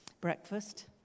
breakfast